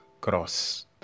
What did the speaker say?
cross